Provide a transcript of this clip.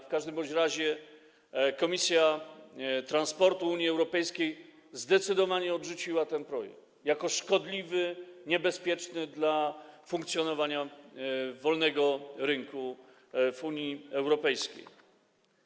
W każdym razie komisja transportu Unii Europejskiej zdecydowanie odrzuciła ten projekt jako szkodliwy, niebezpieczny dla funkcjonowania wolnego rynku w Unii Europejskiej.